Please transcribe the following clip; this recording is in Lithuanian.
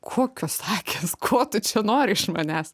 kokios akys ko tu čia nori iš manęs